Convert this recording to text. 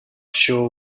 sure